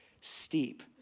steep